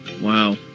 Wow